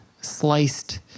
sliced